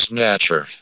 Snatcher